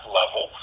level